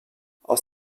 aus